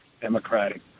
Democratic